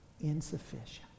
insufficient